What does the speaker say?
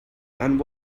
and